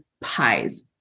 pies